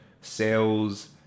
sales